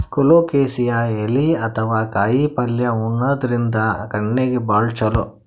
colocasia ಎಲಿ ಅಥವಾ ಕಾಯಿಪಲ್ಯ ಉಣಾದ್ರಿನ್ದ ಕಣ್ಣಿಗ್ ಭಾಳ್ ಛಲೋ